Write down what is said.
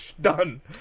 done